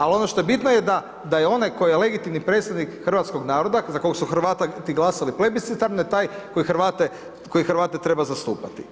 Ali ono što je bitno je da je onaj tko je legitimni predstavnik Hrvatskog naroda, za kog su Hrvata i glasali plebicitarne, taj koji Hrvate treba zastupati.